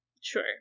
sure